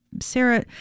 Sarah